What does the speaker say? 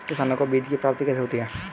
किसानों को बीज की प्राप्ति कैसे होती है?